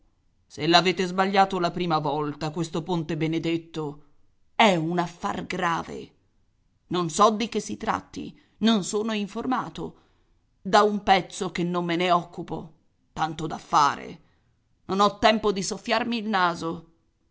se l'avete sbagliato la prima volta questo ponte benedetto è un affar grave non so di che si tratti non sono informato da un pezzo che non me ne occupo tanto da fare non ho tempo di soffiarmi il naso